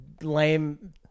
lame